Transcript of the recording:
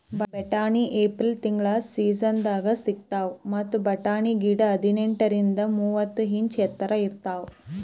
ಬಟಾಣಿ ಏಪ್ರಿಲ್ ತಿಂಗಳ್ ಸೀಸನ್ದಾಗ್ ಸಿಗ್ತಾವ್ ಮತ್ತ್ ಬಟಾಣಿ ಗಿಡ ಹದಿನೆಂಟರಿಂದ್ ಮೂವತ್ತ್ ಇಂಚ್ ಎತ್ತರ್ ಬೆಳಿತಾವ್